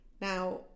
Now